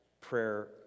prayer